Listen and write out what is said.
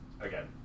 Again